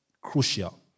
crucial